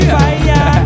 fire